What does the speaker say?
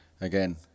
again